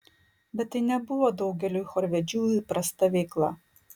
bet tai nebuvo daugeliui chorvedžių įprasta veikla